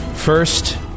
first